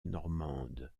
normande